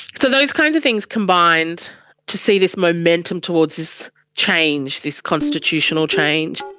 so those kind of things combined to see this momentum towards this change, this constitutional change.